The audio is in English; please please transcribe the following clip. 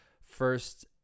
first